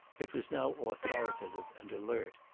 it was now authoritative and alert.